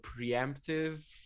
preemptive